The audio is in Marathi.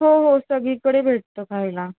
हो हो सगळीकडे भेटतो खायला